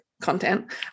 content